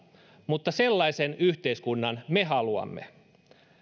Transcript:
mutta sellaisen yhteiskunnan me haluamme